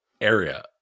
area